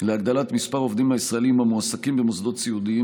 להגדלת מספר העובדים הישראלים המועסקים במוסדות סיעודיים,